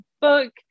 book